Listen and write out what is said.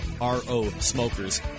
R-O-Smokers